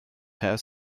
per